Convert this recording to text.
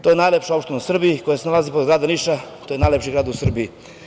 To je najlepša opština u Srbiji koja se nalazi pored grada Niša, to je najlepši grad u Srbiji.